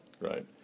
Right